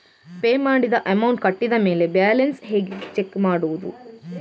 Pay ಮಾಡಿದ amount ಕಟ್ಟಿದ ಮೇಲೆ ಬ್ಯಾಲೆನ್ಸ್ ಹೇಗೆ ಚೆಕ್ ಮಾಡುವುದು?